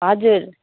हजुर